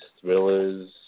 thrillers